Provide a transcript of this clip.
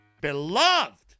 Beloved